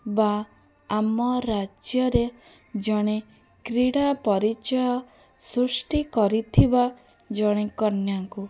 ବା ଆମ ରାଜ୍ୟରେ ଜଣେ କ୍ରୀଡ଼ା ପରିଚୟ ସୃଷ୍ଟି କରିଥିବା ଜଣେ କନ୍ୟାଙ୍କୁ